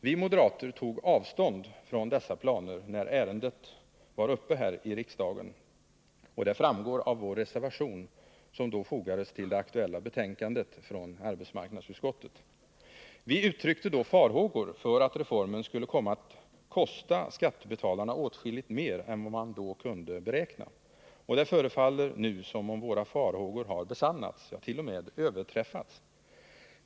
Vi moderater tog avstånd från dessa planer, när ärendet var uppe i riksdagen. Det framgår av vår reservation, som då fogades till det aktuella betänkandet från arbetsmarknadsutskottet. Vi uttryckte farhågor för att reformen skulle komma att kosta skattebetalarna åtskilligt mer än vad man då kunde beräkna. Det förefaller nu som om våra farhågor har besannats, ja t.o.m. överträffats.